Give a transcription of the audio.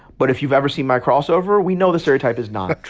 but if you've ever seen my crossover, we know the stereotype is not true